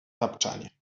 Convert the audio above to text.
tapczanie